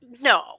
No